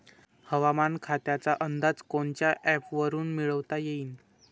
हवामान खात्याचा अंदाज कोनच्या ॲपवरुन मिळवता येईन?